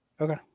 Okay